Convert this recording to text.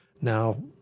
Now